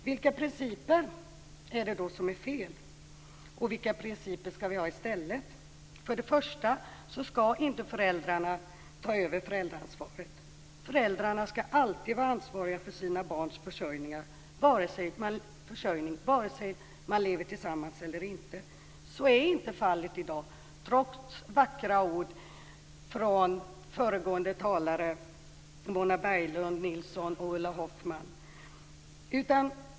Vilka principer är det då som är fel, och vilka principer skall vi ha i stället? För det första skall inte staten ta över föräldraansvaret. Föräldrarna skall alltid vara ansvariga för sina barns försörjning, vare sig man lever tillsammans eller inte. Så är inte fallet i dag, trots vackra ord från de föregående talarna Mona Berglund Nilsson och Ulla Hoffmann.